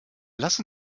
lass